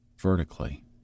vertically